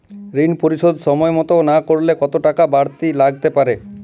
ঋন পরিশোধ সময় মতো না করলে কতো টাকা বারতি লাগতে পারে?